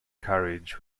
courage